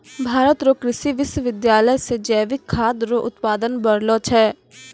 भारत रो कृषि विश्वबिद्यालय से जैविक खाद रो उत्पादन बढ़लो छै